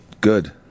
Good